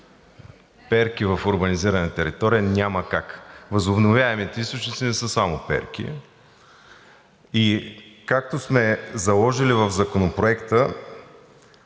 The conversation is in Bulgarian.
Перки в урбанизирана територия няма как, възобновяемите източници не са само перки. Както сме заложили в Законопроекта